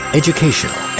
educational